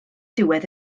diwedd